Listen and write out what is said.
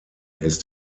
ist